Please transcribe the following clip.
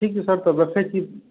ठीक छै सर तब रखै छी सर